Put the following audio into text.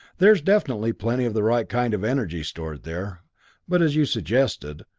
there's definitely plenty of the right kind of energy stored there but as you suggested,